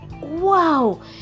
wow